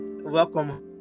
welcome